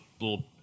little